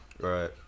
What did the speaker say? right